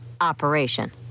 operation